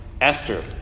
Esther